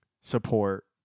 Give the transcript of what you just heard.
support